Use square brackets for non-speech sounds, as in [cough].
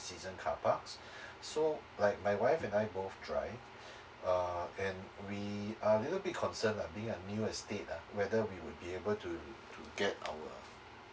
season car parks [breath] so like my wife and I both drive [breath] uh and we a little bit concern I mean a new estate ah whether we will be able to to get our